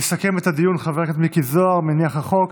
יסכם את הדיון חבר הכנסת מיקי זוהר, מניח החוק.